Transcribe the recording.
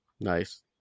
nice